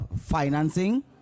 financing